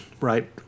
right